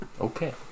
Okay